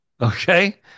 Okay